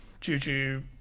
Juju